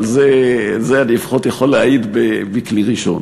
אבל על זה אני לפחות יכול להעיד מכלי ראשון.